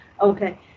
Okay